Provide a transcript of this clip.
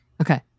Okay